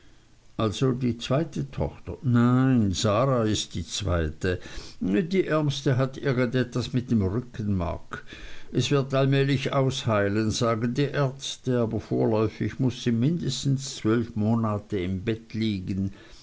also die zweite tochter nein sarah ist die zweite die ärmste hat irgend etwas mit dem rückenmark es wird allmählich ausheilen sagen die ärzte aber vorläufig muß sie mindestens zwölf monate im bett liegen